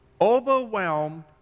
Overwhelmed